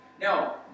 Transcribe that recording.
Now